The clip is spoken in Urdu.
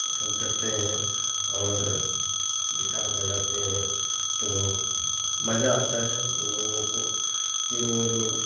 پسند کرتے ہیں اور گٹار بجاتے ہیں تو مزہ آتا ہے ان لوگوں کو پھر وہ لوگ